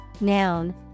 noun